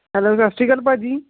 hello Sat Sri Akal ਭਾਅ ਜੀ